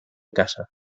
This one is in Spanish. casa